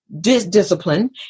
discipline